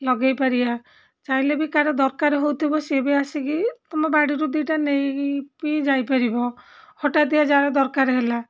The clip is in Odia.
ଲଗେଇ ପାରିବା ଚାହିଁଲେ ବି କାହାର ଦରକାର ହଉଥିବ ସିଏ ବି ଆସିକି ତମ ବାଡ଼ିରୁ ଦୁଇଟା ନେଇକି ଯାଇପାରିବ ହଠାଥ୍ ଦିଆ ଯାହାର ଦରକାର ହେଲା